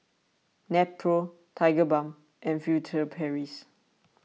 Nepro Tigerbalm and Furtere Paris